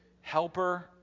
helper